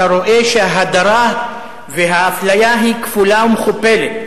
אתה רואה שההדרה והאפליה היא כפולה ומכופלת.